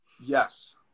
Yes